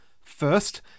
First